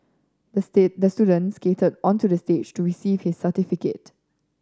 the the student skated onto the stage to receive his certificate